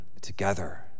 together